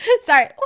sorry